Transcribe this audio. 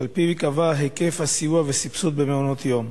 שעל-פיו ייקבע היקף הסיוע והסבסוד במעונות-יום.